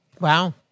Wow